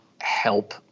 help